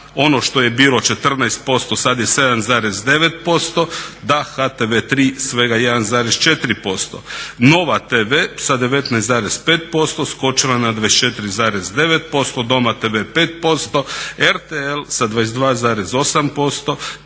ono što je bilo 14% sada je 7,9%, da HTV 3 svega 1,4%. NOVA TV sa 19,5% skočila na 24,9%, DOMA TV 5%, RTL sa 22,8%